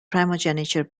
primogeniture